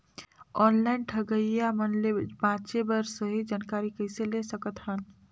Online ठगईया मन ले बांचें बर सही जानकारी कइसे ले सकत हन?